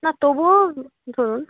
না তবুও ধরুন